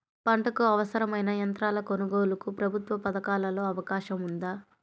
పంటకు అవసరమైన యంత్రాల కొనగోలుకు ప్రభుత్వ పథకాలలో అవకాశం ఉందా?